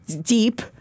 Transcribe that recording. deep